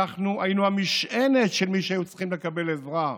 אנחנו היינו המשענת של מי שהיו צריכים לקבל עזרה,